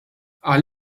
qal